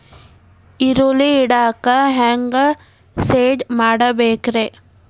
ಈರುಳ್ಳಿ ಇಡಾಕ ಹ್ಯಾಂಗ ಶೆಡ್ ಮಾಡಬೇಕ್ರೇ?